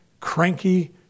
cranky